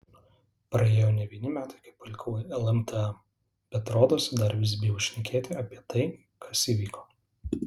praėjo ne vieni metai kai palikau lmta bet rodosi vis dar bijau šnekėti apie tai kas įvyko